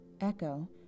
Echo